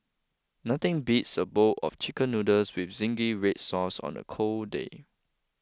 nothing beats a bowl of Chicken Noodles with Zingy Red Sauce on a cold day